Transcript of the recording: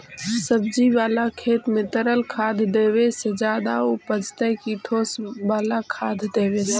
सब्जी बाला खेत में तरल खाद देवे से ज्यादा उपजतै कि ठोस वाला खाद देवे से?